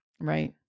Right